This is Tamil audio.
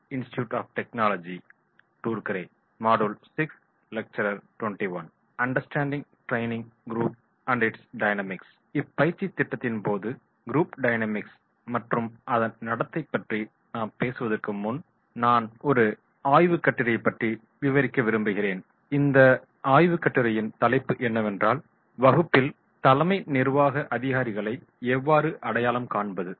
இப்பயிற்சித் திட்டத்தின் போது குரூப் டயனாமிக்ஸ் மற்றும் அதன் நடத்தை பற்றி நாம் பேசுவதற்கு முன் நான் ஒரு ஆய்வுக் கட்டுரையை பற்றி விவரிக்க விரும்புகிறேன் இந்த ஆய்வுக் கட்டுரையின் தலைப்பு என்னவென்றால் "வகுப்பில் தலைமை நிர்வாக அதிகாரிகளை எவ்வாறு அடையாளம் காண்பது"